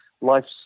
life's